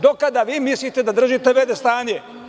Do kada vi mislite da držite v.d. stanje?